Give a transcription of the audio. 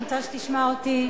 אני רוצה שתשמע אותי,